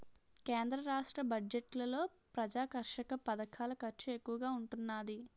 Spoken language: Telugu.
కేంద్ర రాష్ట్ర బడ్జెట్లలో ప్రజాకర్షక పధకాల ఖర్చు ఎక్కువగా ఉంటున్నాది